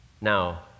Now